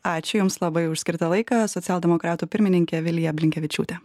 ačiū jums labai už skirtą laiką socialdemokratų pirmininkė vilija blinkevičiūtė